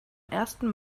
ersten